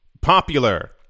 popular